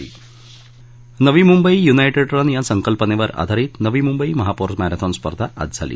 नवी Mumbai united run या संकल्पनेवर आधारित नवी मुंबई महापौर मॅरेथॉन स्पर्धा आज झाली